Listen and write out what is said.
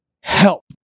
help